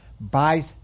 buys